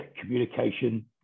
communication